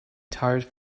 tired